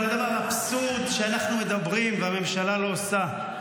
אבל הדבר האבסורדי הוא שאנחנו מדברים והממשלה לא עושה.